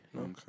Okay